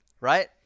right